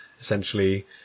essentially